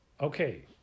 Okay